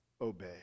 obey